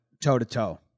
toe-to-toe